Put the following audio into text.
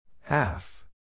Half